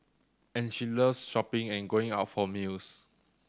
and she loves shopping and going out for meals